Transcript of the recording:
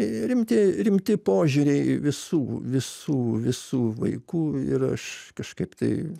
rimti rimti požiūriai visų visų visų vaikų ir aš kažkaip tai